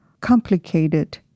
complicated